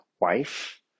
wife